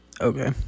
Okay